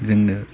जोंनो